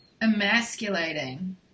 emasculating